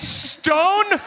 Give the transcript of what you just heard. stone